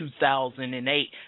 2008